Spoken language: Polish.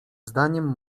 zdaniem